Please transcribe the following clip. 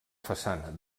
façana